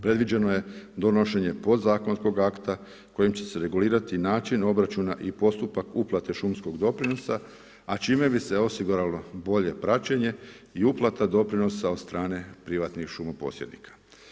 Predviđeno je donošenje podzakonskog akta kojim će se regulirati način obračuna i postupak uplate šumskog doprinosa, a čime bi se osiguralo bolje praćenje i uplata doprinosa od strane privatnih šumo posjednika.